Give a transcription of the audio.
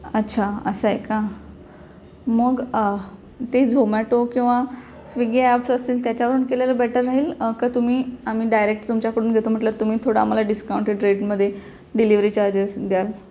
अच्छा असं आहे का मग ते झोमॅटो किंवा स्विगी ॲप्स असतील त्याच्यावरून केलेलं बेटर राहील का तुम्ही आम्ही डायरेक्ट तुमच्याकडून घेतो म्हटल्यावर तुम्ही थोडं आम्हाला डिस्काउंटेड रेटमध्ये डिलिवरी चार्जेस द्याल